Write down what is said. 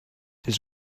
his